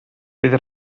bydd